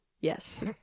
Yes